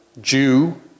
Jew